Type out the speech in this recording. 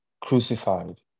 Crucified